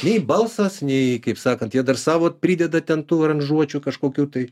nei balsas nei kaip sakant jie dar savo prideda ten tų aranžuočių kažkokių tai